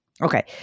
Okay